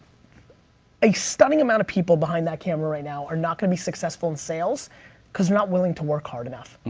a stunning amount of people behind that camera right now are not gonna be successful in sales cause they're not willing to work hard enough. and